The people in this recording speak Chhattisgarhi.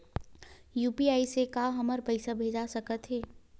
यू.पी.आई से का हमर पईसा भेजा सकत हे?